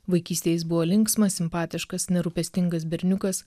vaikystėj jis buvo linksmas simpatiškas nerūpestingas berniukas